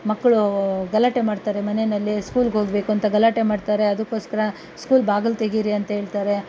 ಮಕ್ಕಳು ಗಲಾಟೆ ಮಾಡ್ತಾರೆ ಮನೆಯಲ್ಲಿ ಸ್ಕೂಲ್ಗೆ ಹೋಗ್ಬೇಕು ಅಂತ ಗಲಾಟೆ ಮಾಡ್ತಾರೆ ಅದಕ್ಕೋಸ್ಕರ ಸ್ಕೂಲ್ ಬಾಗಿಲು ತೆಗೀರಿ ಅಂತ ಹೇಳ್ತಾರೆ